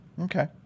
Okay